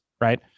right